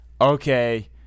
okay